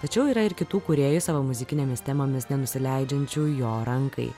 tačiau yra ir kitų kūrėjų savo muzikinėmis temomis nenusileidžiančių jo rankai